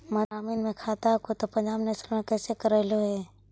मध्य ग्रामीण मे खाता हको तौ पंजाब नेशनल पर कैसे करैलहो हे?